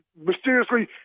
mysteriously